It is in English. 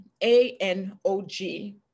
A-N-O-G